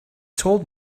told